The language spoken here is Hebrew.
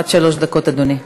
אדוני,